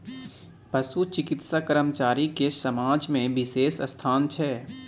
पशु चिकित्सा कर्मचारी के समाज में बिशेष स्थान छै